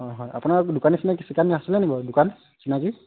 হয় হয় আপোনাৰ দোকানী চিনাকী চিকানি আছিলেনি বাৰু দোকান চিনাকী